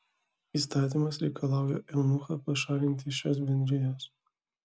įstatymas reikalauja eunuchą pašalinti iš šios bendrijos